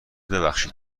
ببخشید